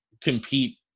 compete